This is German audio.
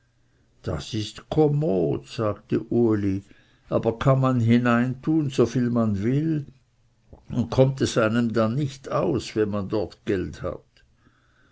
das ist kommod sagte uli aber kann man hineintun so viel man will und kommt es einem dann nicht aus wenn man dort geld hat